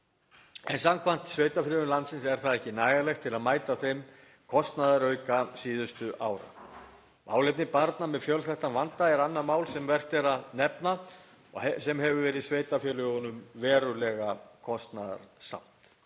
en samkvæmt sveitarfélögum landsins er það ekki nægjanlegt til að mæta þeim kostnaðarauka síðustu ára. Málefni barna með fjölþættan vanda eru annað mál sem vert er að nefna sem hefur verið sveitarfélögunum verulega kostnaðarsamt.